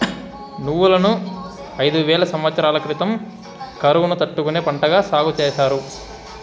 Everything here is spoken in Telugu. నువ్వులను ఐదు వేల సమత్సరాల క్రితం కరువును తట్టుకునే పంటగా సాగు చేసారు